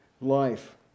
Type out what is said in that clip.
life